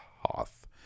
Hoth